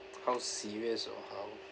how serious or how